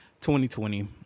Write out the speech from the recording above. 2020